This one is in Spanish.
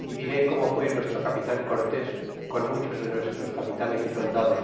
y diré como fué nuestro capitan cortés con muchos de nuestros capitanes y soldados